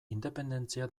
independentzia